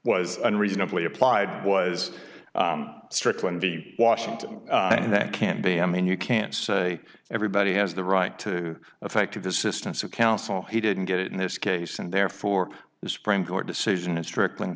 was unreasonably applied was strickland the washington and that can be i mean you can't say everybody has the right to affect the system so counsel he didn't get it in this case and therefore the supreme court decision is trickling